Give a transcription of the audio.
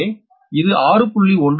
எனவே இது 6